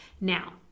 Now